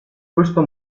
questo